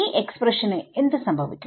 ഈ എക്സ്പ്രഷന് എന്ത് സംഭവിക്കും